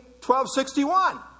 1261